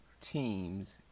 teams